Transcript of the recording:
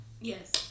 Yes